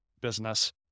business